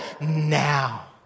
now